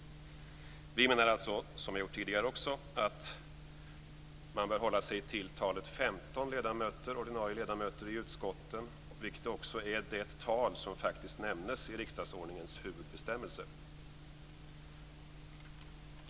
Vi menar alltså, som vi har gjort tidigare också, att man bör hålla sig till 15 ordinarie ledamöter i utskotten, vilket också är det tal som faktiskt nämns i riksdagens huvudbestämmelse.